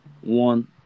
One